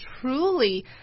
truly